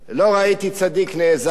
לא ראיתי צדיק נעזב,